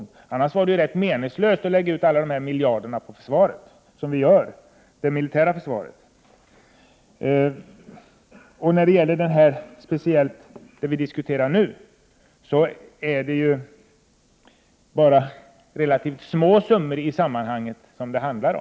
Annars vore det rätt meningslöst att lägga ut alla dessa miljarder på det militära försvaret. Det vi diskuterar nu är relativt små summor i sammanhanget.